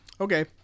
okay